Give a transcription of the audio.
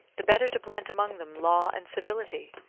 the better to plant among them law and civility,